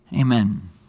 Amen